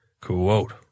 Quote